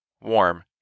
warm